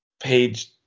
Page